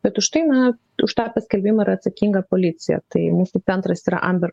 bet užtai na už tą paskelbimą yra atsakinga policija tai mūsų centras yra amber